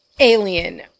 Alien